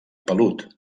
pelut